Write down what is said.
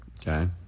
Okay